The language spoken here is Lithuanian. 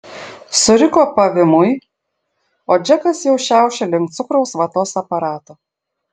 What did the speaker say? suriko pavymui o džekas jau šiaušė link cukraus vatos aparato